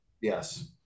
Yes